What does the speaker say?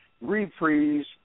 reprise